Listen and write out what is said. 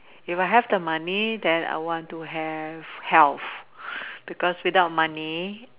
if I have the money then I want to have health because without money